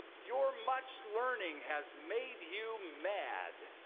your much learning has made you mad!